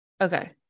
okay